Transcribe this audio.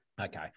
Okay